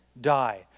die